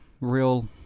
real